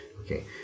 okay